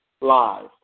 Live